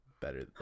better